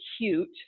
cute